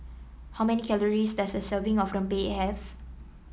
how many calories does a serving of rempeyek have